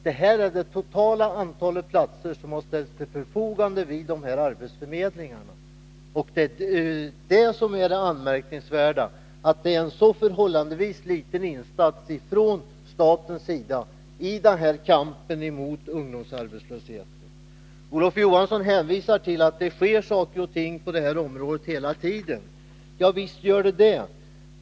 Siffran avser det totala antalet platser som har ställts till förfogande vid arbetsförmedlingarna, och det anmärkningsvärda är att det ser inom den statliga förvaltningen ser inom den statliga förvaltningen görs en förhållandevis liten insats från statens sida i kampen mot ungdomsarbetslösheten. Olof Johansson hänvisar till att det sker saker och ting på området hela tiden. Ja, visst gör det det.